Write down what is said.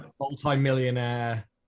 multi-millionaire